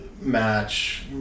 match